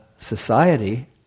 society